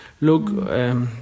look